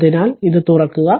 അതിനാൽ അത് തുറക്കുക